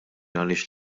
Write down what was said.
għaliex